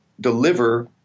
deliver